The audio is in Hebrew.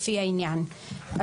לפי העניין: (א)